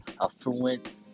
affluent